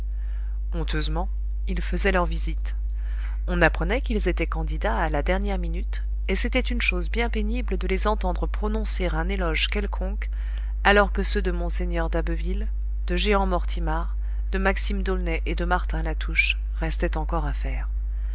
honteusement ils faisaient leurs visites on apprenait qu'ils étaient candidats à la dernière minute et c'était une chose bien pénible de les entendre prononcer un éloge quelconque alors que ceux de mgr d'abbeville de jehan mortimar de maxime d'aulnay et de martin latouche restaient encore à faire